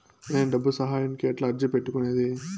నేను డబ్బు సహాయానికి ఎట్లా అర్జీ పెట్టుకునేది?